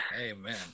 Amen